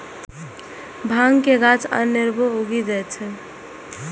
भांग के गाछ अनेरबो उगि जाइ छै